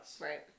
Right